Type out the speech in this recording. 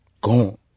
Gone